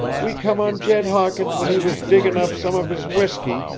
we come on jed hawkins when he was diggin' up some of his whiskey,